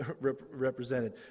represented